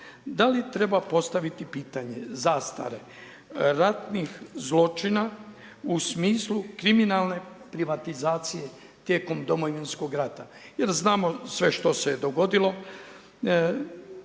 Da li treba postaviti pitanje zastare ratnih zločina u smislu kriminalne privatizacije tijekom Domovinskog rata jer znamo sve što se dogodilo.